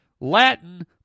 Latin